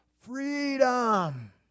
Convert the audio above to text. Freedom